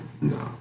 No